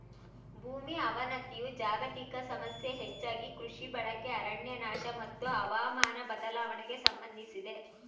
ಭೂಮಿ ಅವನತಿಯು ಜಾಗತಿಕ ಸಮಸ್ಯೆ ಹೆಚ್ಚಾಗಿ ಕೃಷಿ ಬಳಕೆ ಅರಣ್ಯನಾಶ ಮತ್ತು ಹವಾಮಾನ ಬದಲಾವಣೆಗೆ ಸಂಬಂಧಿಸಿದೆ